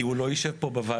כי הוא לא יישב פה בוועדה.